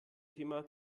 thema